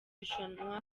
rushanwa